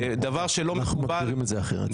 אנחנו מגדירים את זה אחרת.